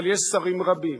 אבל יש שרים רבים,